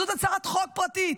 זאת הצעת חוק פרטית.